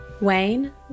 Wayne